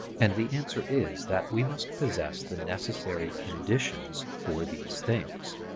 and the answer is that we must possess the necessary conditions for these things,